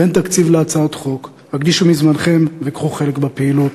בין תקציב להצעות חוק: הקדישו מזמנכם וקחו חלק בפעילות.